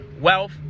wealth